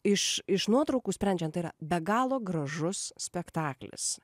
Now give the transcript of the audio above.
iš iš nuotraukų sprendžiant tai yra be galo gražus spektaklis